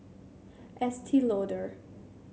Estee Lauder